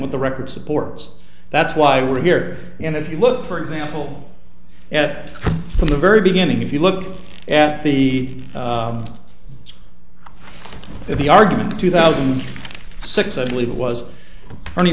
what the record supports that's why we're here and if you look for example at the very beginning if you look at the if the argument in two thousand and six i believe it was only